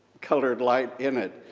colored light in it,